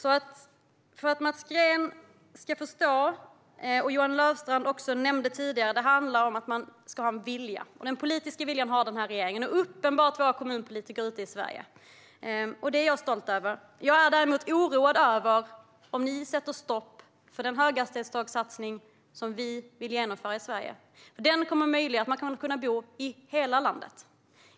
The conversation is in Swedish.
Mats Green måste förstå att det handlar om att ha vilja, vilket även Johan Löfstrand tog upp tidigare. Regeringen har politisk vilja, vilket uppenbart även våra kommunpolitiker ute Sverige har. Det är jag stolt över. Däremot är jag oroad över att ni kanske sätter stopp för den höghastighetstågsatsning som vi vill genomföra i Sverige. Den kommer möjliggöra att man kan bo i hela landet.